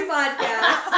podcast